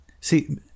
see